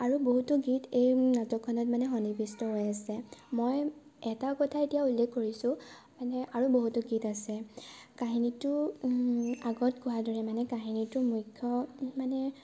আৰু বহুতো গীত এই নাটকখনত মানে সন্নিৱিষ্ট হৈ আছে মই এটা কথা এতিয়া উল্লেখ কৰিছো মানে আৰু বহুতো গীত আছে কাহিনীটো আগত কোৱাৰ দৰেমানে কাহিনীটো মুখ্য মানে